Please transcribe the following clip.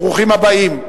ברוכים הבאים.